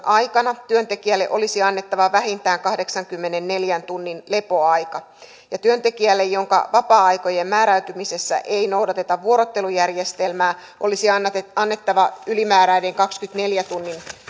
aikana työntekijälle olisi annettava vähintään kahdeksankymmenenneljän tunnin lepoaika ja työntekijälle jonka vapaa aikojen määräytymisessä ei noudateta vuorottelujärjestelmää olisi annettava annettava ylimääräinen kahdenkymmenenneljän tunnin